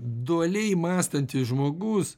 dualiai mąstantis žmogus